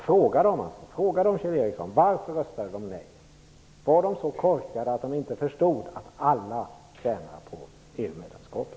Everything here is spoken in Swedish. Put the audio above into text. Fråga dem, Kjell Ericsson, varför de röstade nej! Var de så korkade att de inte förstod att alla tjänar på EU-medlemskapet?